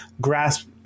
grasp